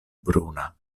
bruna